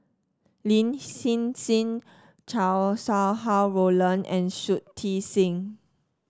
Lin Hsin Hsin Chow Sau Hai Roland and Shui Tit Sing